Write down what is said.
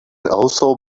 also